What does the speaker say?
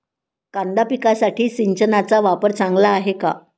कांदा पिकासाठी सिंचनाचा वापर चांगला आहे का?